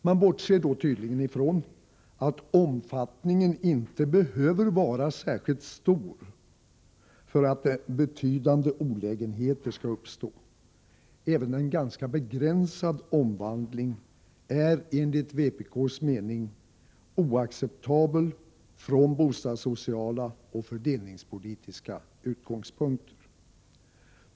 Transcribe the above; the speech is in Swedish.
Man bortser tydligen från att omfattningen inte behöver vara särskilt stor för att betydande olägenheter skall uppstå. Även en ganska begränsad omvandling är, enligt vpk:s mening, oacceptabel från bostadssociala och fördelningspolitiska utgångspunkter.